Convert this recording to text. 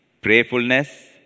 prayerfulness